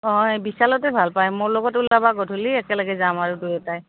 অঁ বিচালতে ভাল পায় মোৰ লগত ওলাবা গধূলি একেলগে যাম আৰু দুয়োটাই